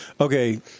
Okay